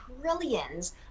trillions